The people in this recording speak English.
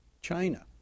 China